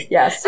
Yes